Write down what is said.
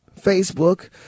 Facebook